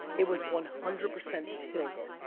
it was one hundred percent tilt,